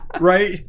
right